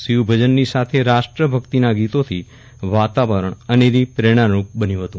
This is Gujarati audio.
શિવ ભજનની સાથે રાષ્ટ્ર ભક્તિના ગીતો થી વાતાવરણ અનેરી પ્રેરણારૂપ બન્યુ હતું